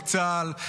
לצה"ל,